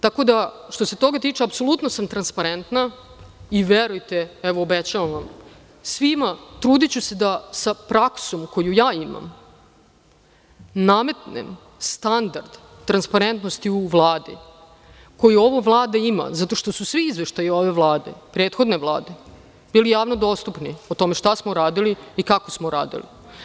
Tako da, što se toga tiče, apsolutno sam transparentna i, verujte, evo, obećavam vam svima, trudiću se da sa praksom koju ja imam nametnem standard transparentnosti u Vladi, koju ova Vlada ima, zato što su svi izveštaji ove Vlade, prethodne Vlade, bili javno dostupni o tome šta smo uradili i kako smo uradili.